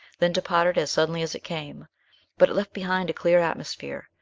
then departed as suddenly as it came but it left behind a clear atmosphere,